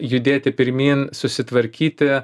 judėti pirmyn susitvarkyti